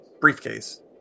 briefcase